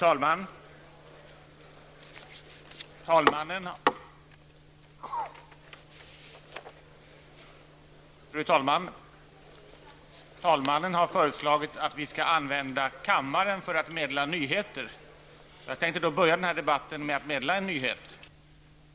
Fru talman! Talmannen har föreslagit att vi skall använda kammaren för att meddela nyheter. Jag tänkte då börja den här debatten med att meddela en nyhet.